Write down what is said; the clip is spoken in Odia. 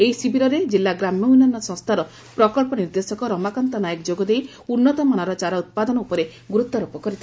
ଏହି ଶିବିରରେ ଜିଲ୍ଲା ଗ୍ରାମ୍ୟ ଉନ୍ନୟନ ସଂସ୍ଥାର ପ୍ରକବ୍ବ ନିର୍ଦ୍ଦେଶକ ନାନ୍ନ ନାୟକ ଯୋଗଦେଇ ଉନ୍ନତମାନର ଚାରା ଉପାଦନ ଉପରେ ଗୁରୁତ୍ୱାରୋପ କରିଥିଲେ